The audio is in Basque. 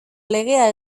legea